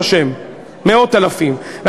מאות אלפים כבר,